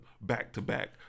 back-to-back